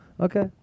Okay